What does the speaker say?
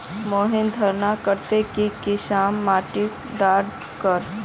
महीन धानेर केते की किसम माटी डार कर?